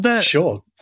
sure